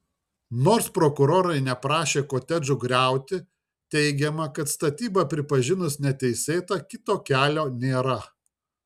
nors prokurorai neprašė kotedžų griauti teigiama kad statybą pripažinus neteisėta kito kelio nėra